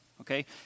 okay